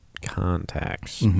contacts